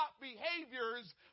behaviors